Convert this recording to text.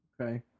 Okay